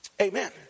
Amen